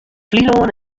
flylân